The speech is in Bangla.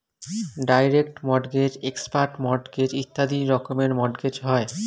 ডাইরেক্ট মর্টগেজ, এক্সপার্ট মর্টগেজ ইত্যাদি রকমের মর্টগেজ হয়